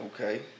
Okay